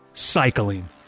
cycling